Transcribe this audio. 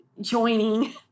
joining